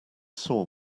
saw